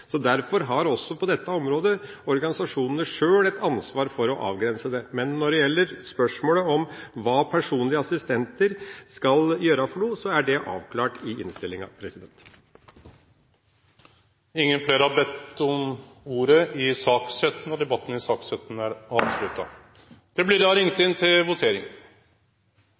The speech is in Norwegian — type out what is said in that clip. På dette området har derfor organisasjonene sjøl et ansvar for å avgrense det. Når det gjelder spørsmålet om hva personlige assistenter skal gjøre, er det avklart i innstillinga. Da er sak nr. 17 slutt. Då skulle me vere klare til å gå til votering i sakene nr. 2–17 på dagens kart. Under debatten er det